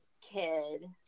kid